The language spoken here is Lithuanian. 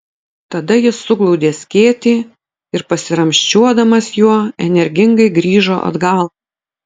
tada jis suglaudė skėtį ir pasiramsčiuodamas juo energingai grįžo atgal